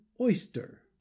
oyster